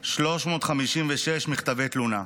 22,356 מכתבי תלונה,